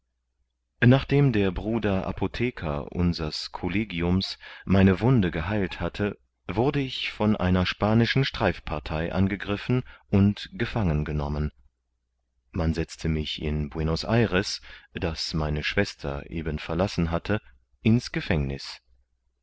nachdem der bruder apotheker unsers collegiums meine wunde geheilt hatte wurde ich von einer spanischen streifpartei angegriffen und gefangen genommen man setzte mich in buenos ayres das meine schwester eben verlassen hatte ins gefängniß